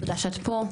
תודה שאת פה.